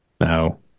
No